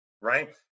right